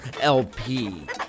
LP